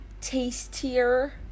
tastier